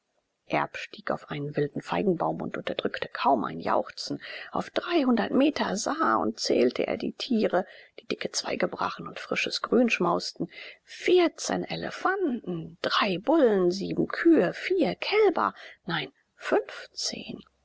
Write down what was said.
stieg auf einen wilden feigenbaum und unterdrückte kaum ein jauchzen auf dreihundert meter sah und zählte er die tiere die dicke zweige brachen und frisches grün schmausten vierzehn elefanten drei bullen sieben kühe vier kälber nein fünfzehn